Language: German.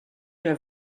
der